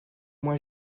moins